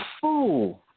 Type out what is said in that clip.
fool